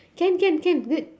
can can can good